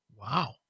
Wow